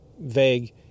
vague